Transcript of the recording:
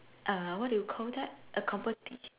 err what do you call that a competition